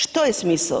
Što je smisao?